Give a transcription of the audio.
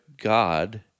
God